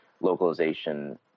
localization